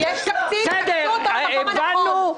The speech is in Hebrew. הבנו.